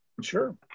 Sure